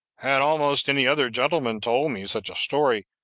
had almost any other gentleman told me such a story,